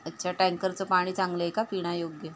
अच्छा टँकरचं पाणी चांगलं आहे का पिणायोग्य